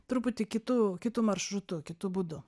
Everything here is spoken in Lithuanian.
truputį kitu kitu maršrutu kitu būdu